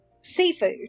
seafood